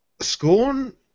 scorn